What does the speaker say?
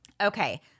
Okay